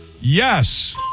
Yes